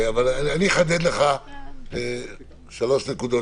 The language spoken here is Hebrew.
אני אחדד לך שלוש נקודות